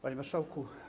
Panie Marszałku!